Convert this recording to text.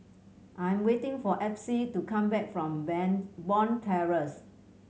I'm waiting for Epsie to come back from Bond Terrace